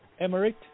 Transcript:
Emirates